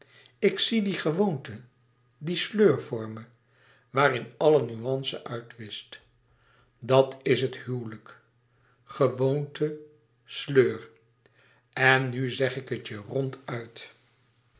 ik zie die gewoonte die sleur voor me waarin alle nuance uitwischt dat is het huwelijk gewoonte sleur en nu zeg ik het je ronduit